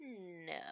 No